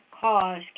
cause